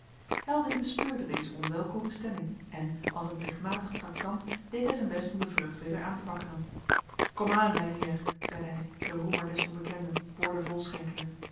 helding bespeurde deze onwelkome stemming en als een plichtmatig traktant deed hij zijn best om de vreugd weder aan te wakkeren komaan mijn heer zeide hij den roemer des onbekenden boordevol schenkende